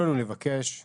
מאוד מרגש שהגעתם מרחוק.